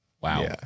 wow